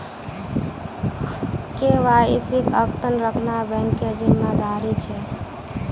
केवाईसीक अद्यतन रखना बैंकेर जिम्मेदारी छे